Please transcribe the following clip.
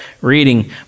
reading